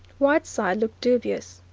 whiteside looked dubious.